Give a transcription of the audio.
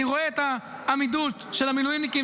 אני רואה את העמידות של המילואימניקים,